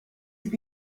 have